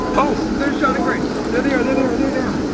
oh, there's john and grace. there they are, there they are, there they are.